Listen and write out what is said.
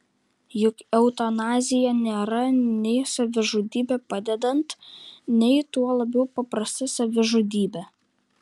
juk eutanazija nėra nei savižudybė padedant nei tuo labiau paprasta savižudybė